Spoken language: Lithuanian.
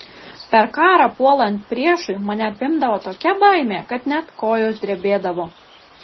per karą puolant priešui mane apimdavo tokia baimė kad net kojos drebėdavo